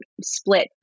split